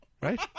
Right